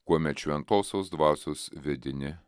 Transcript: kuomet šventosios dvasios vedini